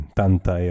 tanta